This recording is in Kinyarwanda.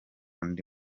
ndi